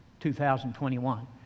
2021